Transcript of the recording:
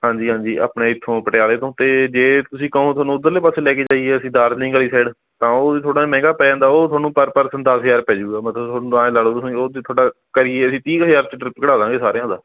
ਹਾਂਜੀ ਹਾਂਜੀ ਆਪਣੇ ਇੱਥੋਂ ਪਟਿਆਲੇ ਤੋਂ ਅਤੇ ਜੇ ਤੁਸੀਂ ਕਹੋ ਤੁਹਾਨੂੰ ਉੱਧਰਲੇ ਪਾਸੇ ਲੈ ਕੇ ਜਾਈਏ ਅਸੀਂ ਦਾਰਜਲਿੰਗ ਵਾਲੀ ਸਾਈਡ ਤਾਂ ਉਹ ਥੋੜ੍ਹਾ ਮਹਿੰਗਾ ਪੈ ਜਾਂਦਾ ਉਹ ਤੁਹਾਨੂੰ ਪਰ ਪਰਸਨ ਦਸ ਹਜ਼ਾਰ ਪੈ ਜਾਵੇਗਾ ਮਤਲਬ ਤੁਹਾਨੂੰ ਐਂ ਲਾ ਲਓ ਤੁਸੀਂ ਉਹ ਤੁਹਾਡਾ ਕਰੀਏ ਅਸੀਂ ਤੀਹ ਕੁ ਹਜ਼ਾਰ 'ਚ ਟ੍ਰਿਪ ਕਢਾ ਦਿਆਂਗੇ ਸਾਰਿਆਂ ਦਾ